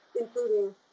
including